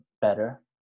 better